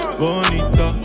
bonita